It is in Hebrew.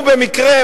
הוא במקרה,